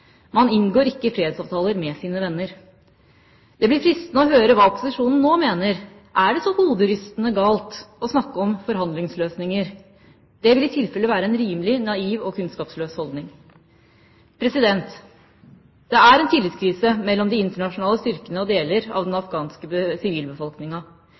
Man inngår ikke fredsavtaler med sine venner. Det blir fristende å høre hva opposisjonen nå mener. Er det så hoderystende galt å snakke om forhandlingsløsninger? Det vil i tilfelle være en rimelig naiv og kunnskapløs holdning. Det er en tillitskrise mellom de internasjonale styrkene og deler av den afghanske sivilbefolkninga.